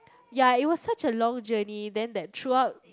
ya it was such a long journey then that throughout